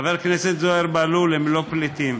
חבר הכנסת זוהיר בהלול, הם לא פליטים.